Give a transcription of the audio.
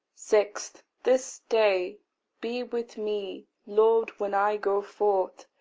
six. this day be with me, lord, when i go forth,